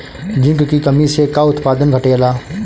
Zinc की कमी से का उत्पादन घटेला?